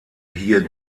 hier